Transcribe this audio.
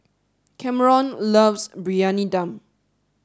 Cameron loves Briyani Dum